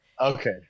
Okay